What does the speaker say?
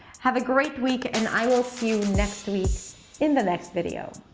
have a great week, and i will see you next week in the next video.